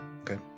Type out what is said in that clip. okay